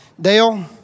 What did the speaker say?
Dale